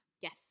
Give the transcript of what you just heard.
Yes